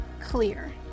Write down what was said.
clear